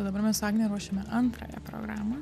o dabar mes su agne ruošiame antrąją programą